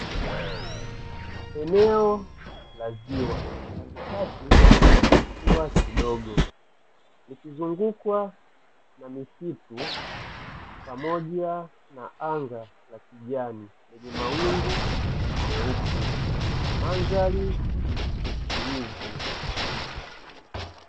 Eneo la ziwa katikati kuna kisiwa kidogo likizungukwa na misitu pamoja na anga la kijani lenye mawingu meupe, mandhari ni tulivu.